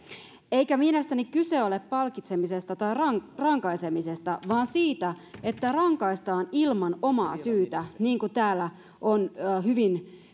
eikä mielestäni kyse ole palkitsemisesta tai rankaisemisesta vaan siitä että rangaistaan ilman omaa syytä niin kuin täällä on hyvin